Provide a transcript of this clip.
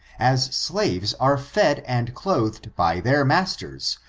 as slaves are fed and clothed by their masters,